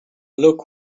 look